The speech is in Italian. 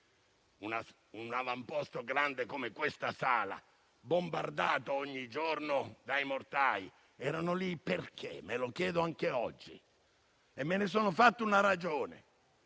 Un avamposto grande come questa sala, bombardato ogni giorno dai mortai. Erano lì perché? Me lo chiedo anche oggi e me ne sono fatto una ragione: